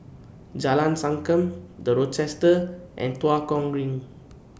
Jalan Sankam The Rochester and Tua Kong Green